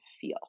feel